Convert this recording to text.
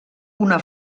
una